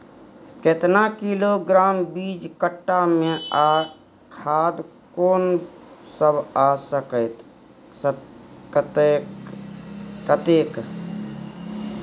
केतना किलोग्राम बीज कट्ठा मे आ खाद कोन सब आ कतेक?